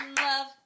love